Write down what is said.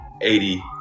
eighty